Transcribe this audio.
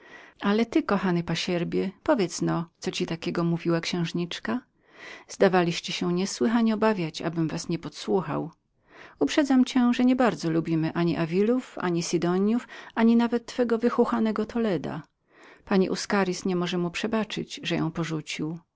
ale ty kochany pasierbie powiedzno co ci takiego mówiła księżniczka zdawaliście się niesłychanie obawiać abym was nie podsłuchał uprzedzam cię że nie bardzo lubimy ani davilów ani sidoniów ani nawet twego wychuchanego toledo pani uscaritz nie może mu przebaczyć że ją porzucił